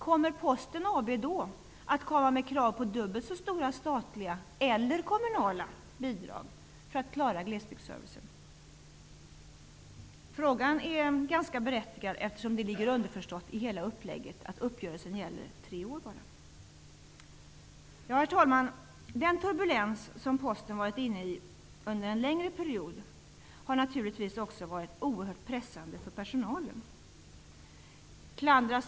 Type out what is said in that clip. Kommer Posten AB att komma med krav på dubbelt så stora statliga eller kommunala bidrag för att klara glesbygdsservicen? Frågan är ganska berättigad. Det ligger underförstått i hela upplägget att uppgörelsen bara gäller i tre år. Herr talman! Den turbulens som Posten varit inne i under en längre period har naturligtvis varit oerhört pressande för personalen.